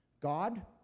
God